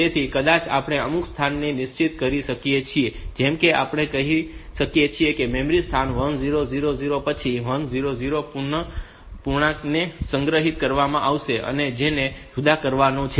તેથી કદાચ આપણે અમુક સ્થાનને નિશ્ચિત કરી શકીએ છીએ જેમ કે આપણે કહી શકીએ કે મેમરી સ્થાન 1000 પછી 100 પૂર્ણાંકોને સંગ્રહિત કરવામાં આવશે કે જેને જુદા કરવાના છે